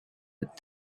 but